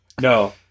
No